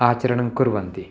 आचरणं कुर्वन्ति